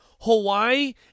Hawaii